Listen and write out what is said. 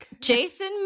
Jason